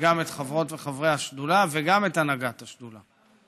וגם את חברות וחברי השדולה ואת הנהגת השדולה.